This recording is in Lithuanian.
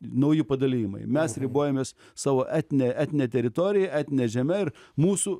nauji padalijimai mes ribojamės savo etne etne teritorija etne žeme ir mūsų